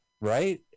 right